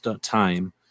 time